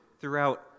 throughout